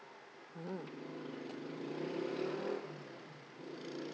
mm